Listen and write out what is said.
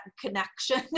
connection